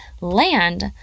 land